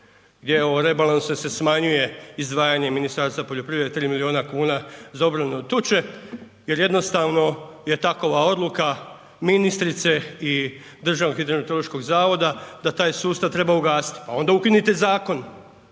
gdje rebalansom se smanjuje izdvajanje Ministarstva poljoprivrede 3 milijuna kuna za obranu od tuče jer jednostavno je takova odluka ministrice i Državnog hidrometeorološkog zavoda da taj sustav treba ugasiti, pa onda ukinite zakon